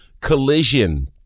Collision